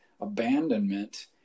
abandonment